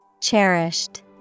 Cherished